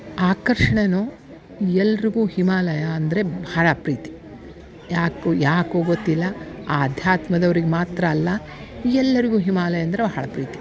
ಆಕರ್ಷಣೆನೂ ಎಲ್ಲರಿಗೂ ಹಿಮಾಲಯ ಅಂದರೆ ಭಾಳ ಪ್ರೀತಿ ಯಾಕೋ ಯಾಕೋ ಗೊತ್ತಿಲ್ಲ ಆಧ್ಯಾತ್ಮದವ್ರಿಗೆ ಮಾತ್ರ ಅಲ್ಲ ಎಲ್ಲರಿಗೂ ಹಿಮಾಲಯ ಅಂದ್ರ ಭಾಳ ಪ್ರೀತಿ